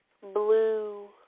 blue